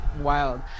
wild